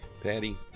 Patty